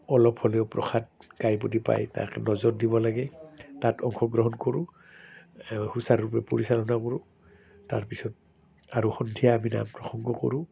অলপ হ'লেও প্ৰসাদ গায়প্ৰতি পায় তাক নজৰ দিব লাগে তাত অংশগ্ৰহণ কৰোঁ সুচাৰুৰূপে পৰিচালনা কৰোঁ তাৰপিছত আৰু সন্ধিয়া আমি নাম প্ৰসংগ কৰোঁ